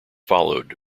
followed